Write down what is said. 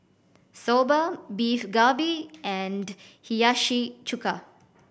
Soba Beef Galbi and Hiyashi Chuka